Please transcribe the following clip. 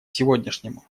сегодняшнему